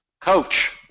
coach